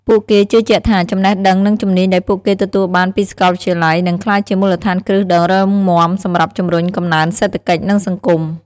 ពួកគេជឿជាក់ថា ចំណេះដឹង និងជំនាញដែលពួកគេទទួលបានពីសាកលវិទ្យាល័យ នឹងក្លាយជាមូលដ្ឋានគ្រឹះដ៏រឹងមាំសម្រាប់ជំរុញកំណើនសេដ្ឋកិច្ច និងសង្គម។